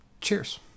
Cheers